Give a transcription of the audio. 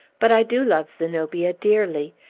but i do love zenobia dearly!